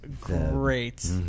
great